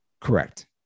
Correct